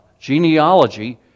genealogy